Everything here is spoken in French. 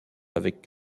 avec